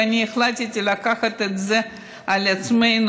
ואני החלטתי לקחת את זה על עצמנו,